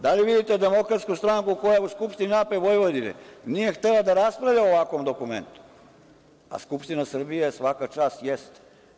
Da li vidite DS koja u Skupštini AP Vojvodine nije htela da raspravlja o ovakvom dokumentu, a Skupština Srbije, svaka čast, jeste.